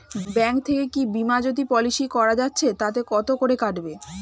Bank থেকে কী বিমাজোতি পলিসি করা যাচ্ছে তাতে কত করে কাটবে?